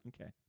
Okay